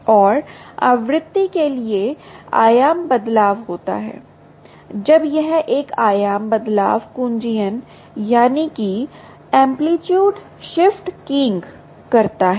और आवृत्ति के लिए आयाम बदलाव होता है जब यह एक आयाम बदलाव कुंजीयन करता है